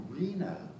arena